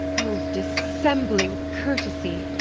o dissembling courtesy!